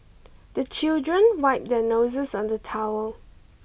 the children wipe their noses on the towel